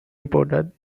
reported